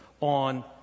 on